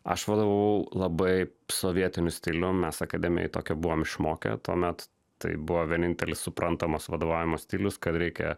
aš vadovavau labai sovietiniu stilium mes akademijoj tokią buvome išmokę tuomet tai buvo vienintelis suprantamas vadovavimo stilius kad reikia